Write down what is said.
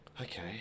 Okay